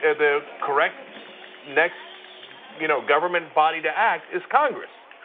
and the correct next you know government body to act is congress.